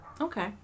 Okay